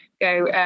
go